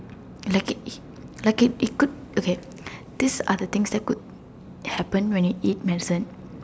like it like it it could okay these other things that could happen when you eat medicine